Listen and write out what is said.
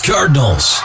Cardinals